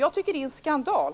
Jag tycker att det är en skandal!